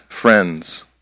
friends